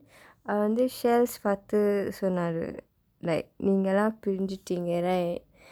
அவர் வந்து:avar vandthu பார்த்து சொன்னாரு:paarththu sonnaaru like நீங்கள் எல்லாம் பிரிஞ்சுட்டீங்கள்:niingal ellaam pirinjsutdiingkal right